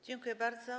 Dziękuję bardzo.